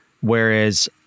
Whereas